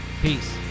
Peace